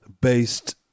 based